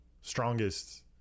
strongest